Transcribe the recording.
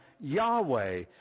Yahweh